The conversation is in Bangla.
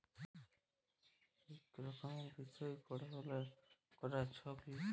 ইক রকমের বিষয় পাড়াশলা ক্যরে ছব লক গিলা